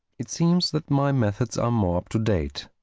it seems that my methods are more up to date,